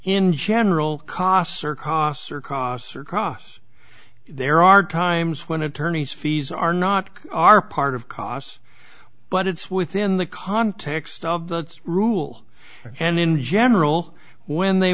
in general costs or costs or costs are costs there are times when attorneys fees are not are part of costs but it's within the context of the rule and in general when they